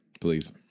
Please